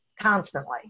constantly